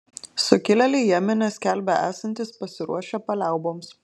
sukilėliai jemene skelbia esantys pasiruošę paliauboms